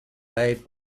laid